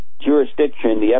jurisdiction